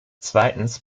zweitens